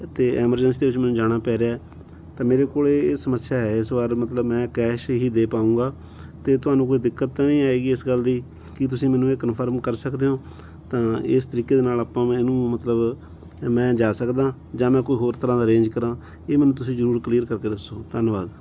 ਅਤੇ ਐਮਰਜੈਂਸੀ ਦੇ ਵਿੱਚ ਮੈਨੂੰ ਜਾਣਾ ਪੈ ਰਿਹਾ ਤਾਂ ਮੇਰੇ ਕੋਲ ਇਹ ਸਮੱਸਿਆ ਹੈ ਇਸ ਵਾਰ ਮਤਲਬ ਮੈਂ ਕੈਸ਼ ਹੀ ਦੇ ਪਾਊਂਗਾ ਅਤੇ ਤੁਹਾਨੂੰ ਕੋਈ ਦਿੱਕਤ ਤਾਂ ਨਹੀਂ ਆਵੇਗੀ ਇਸ ਗੱਲ ਦੀ ਕਿ ਤੁਸੀਂ ਮੈਨੂੰ ਇਹ ਕਨਫਰਮ ਕਰ ਸਕਦੇ ਹੋ ਤਾਂ ਇਸ ਤਰੀਕੇ ਦੇ ਨਾਲ ਆਪਾਂ ਮੈਂ ਇਹਨੂੰ ਮਤਲਬ ਮੈਂ ਜਾ ਸਕਦਾ ਜਾਂ ਮੈਂ ਕੋਈ ਹੋਰ ਤਰ੍ਹਾਂ ਦਾ ਅਰੇਂਜ ਕਰਾਂ ਇਹ ਮੈਨੂੰ ਤੁਸੀਂ ਜ਼ਰੂਰ ਕਲੀਅਰ ਕਰਕੇ ਦੱਸੋ ਧੰਨਵਾਦ